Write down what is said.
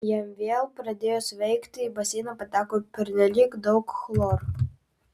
jam vėl pradėjus veikti į baseiną pateko pernelyg daug chloro